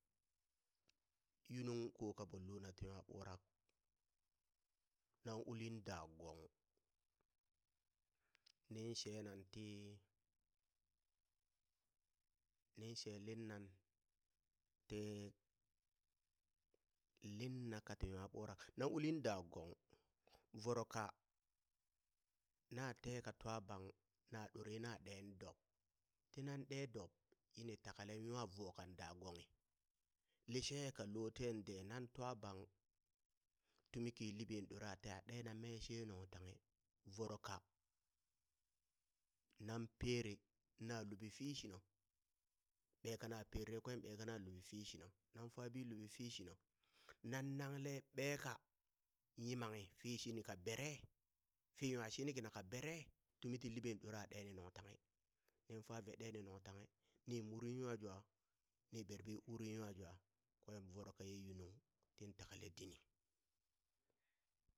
Yunung ko kaɓon luna ti nwa burak nan ulin da gong nin shenan tii nin she linna tii linna ka ti nwa burak nan ulin da gong voro ka naa te ka twa bang na ɗore na ɗen dob tinan ɗe dob yini takale nwa voo kan da gonghi, lishee ka lo ten de nan twa bang tumi ki libe dora teya ɗe na me she nungtanghe voroka nan pere na luɓi fishina ɓe kana perere kwen bekana luɓi fi shina nan fabi luɓi fishina nan nangle beka yimanghi fi shini ka bere fi nwa shini kina ka bere tumi ki libe dora ɗe ni nungtanghe nin fa ve ɗeni nungtanghe ni muri nwajwa ni berbi urin nwa jwa kwen voro kaye yunung tin takale dini.